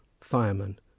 Fireman